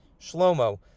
Shlomo